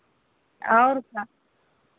और क्या